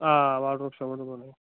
آ واڈروب شاڈروب بنٲوِتھ